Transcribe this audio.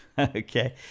Okay